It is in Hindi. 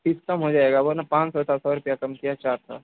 फीस कम हो जाएगा वर्ना पाँच सौ था सौ रुपया कम किया चार सौ